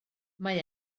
mae